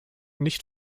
nicht